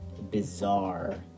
bizarre